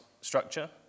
structure